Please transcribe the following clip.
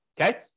okay